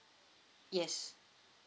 yes